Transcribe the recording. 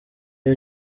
iyo